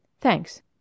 Thanks